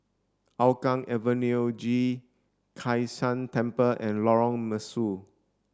Hougang Avenue G Kai San Temple and Lorong Mesu